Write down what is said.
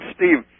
Steve